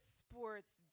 sports